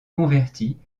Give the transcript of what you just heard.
converti